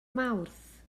mawrth